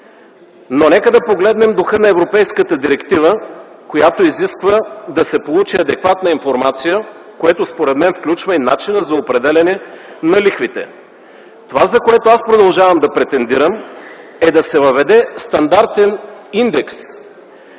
В нека да погледнем духа на Европейската директива, която изисква да се получи адекватна информация, което според мен включва и начина на определяне на лихвите. Това, за което аз продължавам да претендирам, е да се въведе стандартен индекс